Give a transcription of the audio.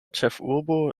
ĉefurbo